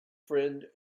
friend